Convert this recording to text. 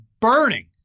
burning